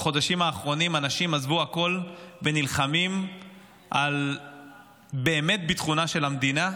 בחודשים האחרונים אנשים עזבו הכול ונלחמים על ביטחונה של המדינה.